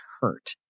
hurt